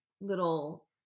little